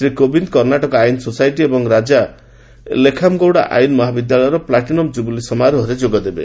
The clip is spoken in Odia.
ଶ୍ରୀ କୋବିନ୍ଦ୍ କର୍ଷାଟକ ଆଇନ ସୋସାଇଟି ଏବଂ ରାଜା ଲେଖାମଗୌଡ଼ା ଆଇନ ମହାବିଦ୍ୟାଳୟର ପ୍ଲାଟିନମ୍ କୁବୁଲି ସମାରୋହରେ ଯୋଗଦେବେ